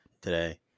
today